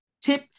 Tip